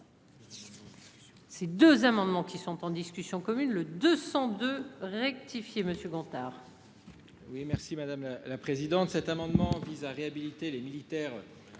Ces deux amendements qui sont en discussion commune le 202 rectifié Monsieur Gontard.